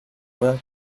nuevas